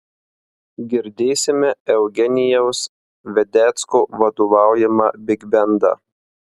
girdėsime eugenijaus vedecko vadovaujamą bigbendą